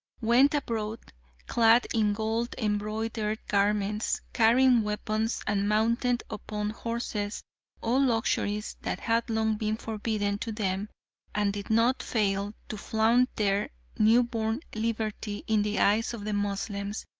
went abroad clad in gold-embroidered garments, carrying weapons and mounted upon horses all luxuries that had long been forbidden to them and did not fail to flaunt their new-born liberty in the eyes of the moslems,